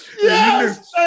yes